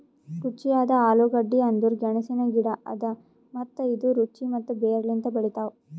ರುಚಿಯಾದ ಆಲೂಗಡ್ಡಿ ಅಂದುರ್ ಗೆಣಸಿನ ಗಿಡ ಅದಾ ಮತ್ತ ಇದು ರುಚಿ ಮತ್ತ ಬೇರ್ ಲಿಂತ್ ಬೆಳಿತಾವ್